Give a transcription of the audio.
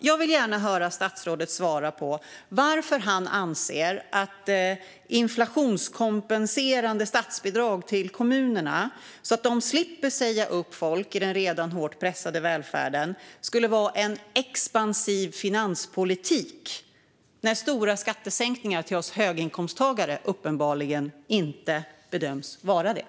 Jag vill gärna höra statsrådet svara på varför han anser att inflationskompenserande statsbidrag till kommunerna så att de slipper säga upp folk i den redan hårt pressade välfärden skulle vara "expansiv finanspolitik" när stora skattesänkningar till oss höginkomsttagare uppenbarligen inte bedöms vara det.